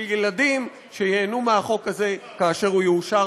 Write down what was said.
ילדים שייהנו מהחוק הזה כאשר הוא יאושר,